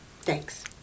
Thanks